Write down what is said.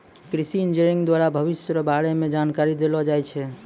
कृषि इंजीनियरिंग द्वारा भविष्य रो बारे मे जानकारी देलो जाय छै